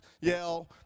yell